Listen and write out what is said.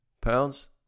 pounds